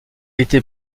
était